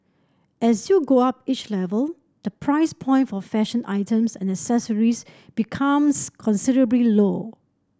as you go up each level the price point for fashion items and accessories becomes considerably low